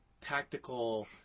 tactical